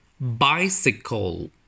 Bicycle